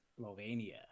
Slovenia